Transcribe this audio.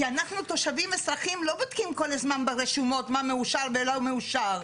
כי אנחנו תושבים אזרחים לא בודקים כל הזמן ברשומות מה מאושר ולא מאושר,